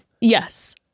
Yes